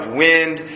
wind